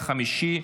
שטחי אש,